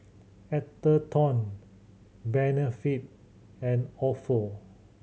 Atherton Benefit and ofo